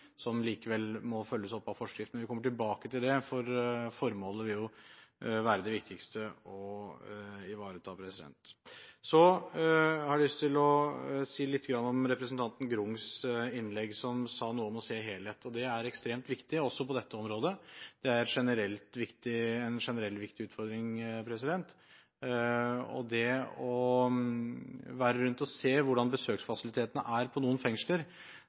som likevel må følges opp av forskrift. Men det kommer vi tilbake til, for formålet vil jo være det viktigste å ivareta. Så har jeg lyst til å si litt om representanten Grungs innlegg, hun sa noe om helhet. Det er ekstremt viktig, også på dette området. Det er en generell, viktig utfordring. Det å dra rundt og se hvordan besøksfasilitetene er i noen fengsler,